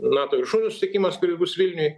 nato viršūnių susitikimas kuris bus vilniuj